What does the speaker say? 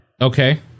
Okay